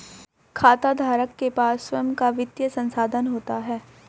खाताधारक के पास स्वंय का वित्तीय संसाधन होता है